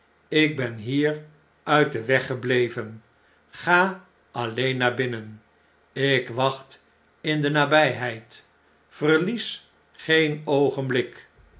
ik ben hier uit den weg gebleven ga alleen naar binnen ik wacht in de nabijheid verlies geen oogenblik